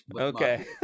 Okay